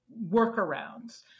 workarounds